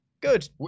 Good